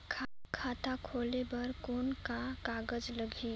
खाता खोले बर कौन का कागज लगही?